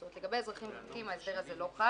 זאת אומרת, לגבי אזרחים ותיקים, ההסדר הזה לא חל.